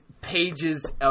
pages